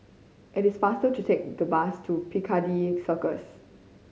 it is faster to take the bus to Piccadilly Circus